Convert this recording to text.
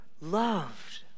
loved